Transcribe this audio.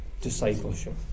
discipleship